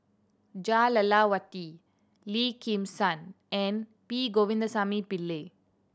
Jah Lelawati Lim Kim San and P Govindasamy Pillai